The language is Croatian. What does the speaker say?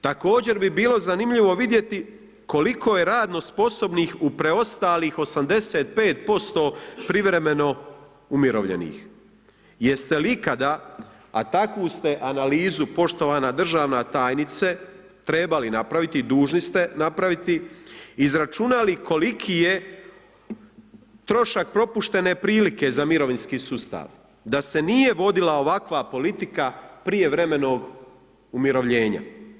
Također bi bilo zanimljivo vidjeti koliko je radno sposobnih u preostalih 85% privremeno umirovljenih jeste li ikada, a takvu ste analizu poštovana državna tajnice trebali napraviti, dužni ste napraviti, izračunali koliki je trošak propuštene prilike za mirovinski sustav da se nije vodila ovakva politika prijevremenog umirovljenja.